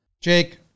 Jake